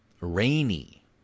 rainy